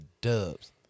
dubs